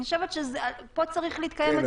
אני חושבת שפה צריך להתקיים הדיון.